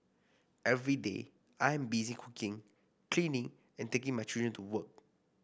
every day I am busy cooking cleaning and taking my children to